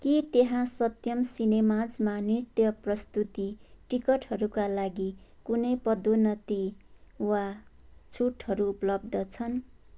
के त्यहाँ सत्यम् सिनेमाजमा नृत्य प्रस्तुति टिकटहरूका लागि कुनै पदोन्नति वा छुटहरू उपलब्ध छन्